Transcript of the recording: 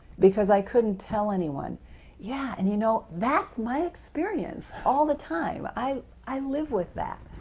because i couldn't tell anyone yeah, and you know, that's my experience, all the time! i i live with that.